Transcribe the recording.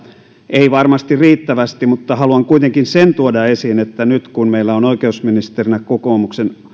ei varmasti riittävästi mutta haluan kuitenkin sen tuoda esiin että nyt kun meillä on oikeusministerinä kokoomuksen